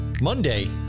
Monday